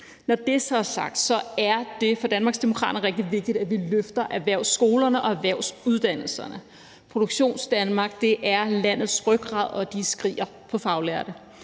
Når det så er sagt, er det for Danmarksdemokraterne rigtig vigtigt, at vi løfter erhvervsskolerne og erhvervsuddannelserne. Produktionsdanmark er landets rygrad, og der skriger man på faglærte.